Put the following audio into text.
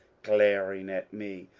glaring at me,